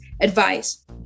advice